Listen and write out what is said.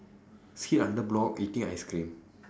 sit under block eating ice cream